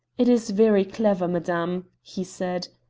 it is very clever, madame, he said.